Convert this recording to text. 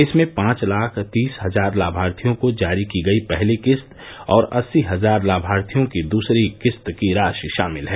इसमें पांच लाख तीस हजार लामार्थियों को जारी की गई पहली किस्त और अस्सी हजार लामार्थियों की दूसरी किस्त की राशि शामिल है